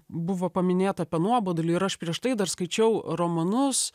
buvo paminėta apie nuobodulį ir aš prieš tai dar skaičiau romanus